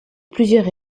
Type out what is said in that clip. plusieurs